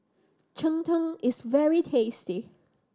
cheng tng is very tasty